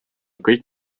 kõik